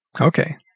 Okay